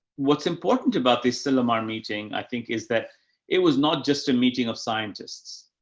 what's important about this sylmar meeting i think is that it was not just a meeting of scientists.